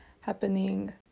happening